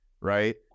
right